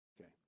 Okay